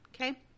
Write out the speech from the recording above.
Okay